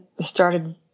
started